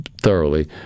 thoroughly